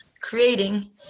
creating